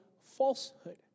falsehood